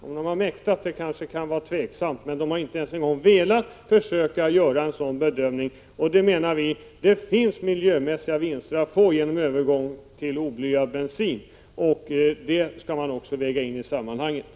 Om den hade mäktat det kan vara tveksamt, men den har inte ens velat försöka göra en sådan bedömning. Vi menar att det finns miljömässiga vinster att få genom övergång till oblyad bensin, och det skall man också väga in i sammanhanget.